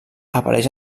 apareix